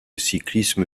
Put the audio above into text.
cyclisme